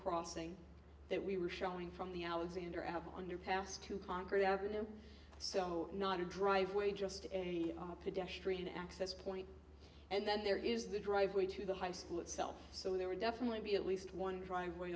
crossing that we were showing from the alexander apple underpass to conquer the avenue so not a driveway just a pedestrian access point and then there is the driveway to the high school itself so there were definitely be at least one driveway